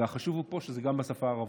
והחשוב פה שזה גם בשפה הערבית.